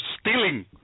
stealing